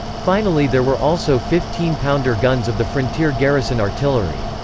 finally there were also fifteen pounder guns of the frontier garrison artillery.